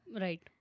Right